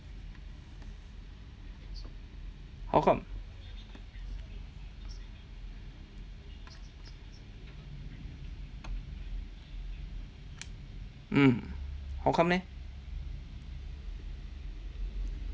how come mm how come leh